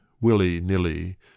willy-nilly